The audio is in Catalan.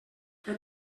què